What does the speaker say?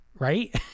right